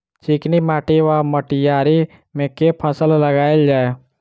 चिकनी माटि वा मटीयारी मे केँ फसल लगाएल जाए?